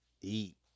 eat